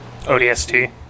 ODST